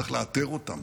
צריך לאתר אותם.